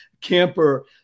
camper